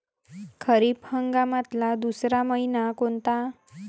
खरीप हंगामातला दुसरा मइना कोनता?